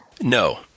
No